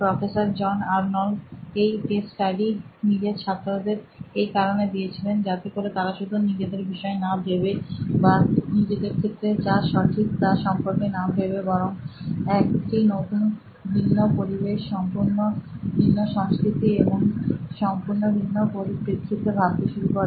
professor John Arnold এই case study নিজের ছাত্র দের এই কারণে দিয়েছিলেন যাতে করে তারা শুধু নিজেদের বিষয় না ভেবে বা নিজেদের ক্ষেত্রে যা সঠিক তা সম্পর্কে না ভেবে বরং একটি সম্পূর্ণ ভিন্ন পরিবেশ সম্পূর্ণ ভিন্ন সংস্কৃতি এবং সম্পূর্ণ ভিন্ন পরিপ্রেক্ষিতে ভাবতে শুরু করে